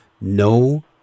no